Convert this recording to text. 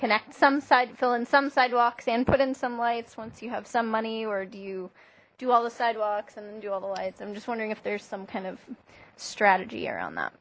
connect some side fill in some sidewalks and put in some lights once you have some money or do you do all the sidewalks and do all the lights i'm just wondering if there's some kind of strategy around that